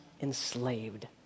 enslaved